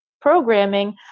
programming